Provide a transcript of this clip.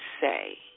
say